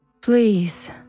Please